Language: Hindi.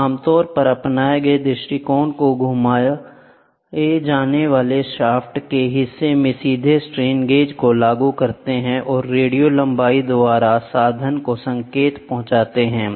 हम आमतौर पर अपनाए गए दृष्टिकोण को घुमाए जाने वाले शाफ्ट के हिस्से में सीधे स्ट्रेन गेज को लागू करते हैं और रेडियो लंबाई द्वारा साधन को संकेत पहुंचाते हैं